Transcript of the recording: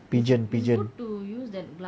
pigeon pigeon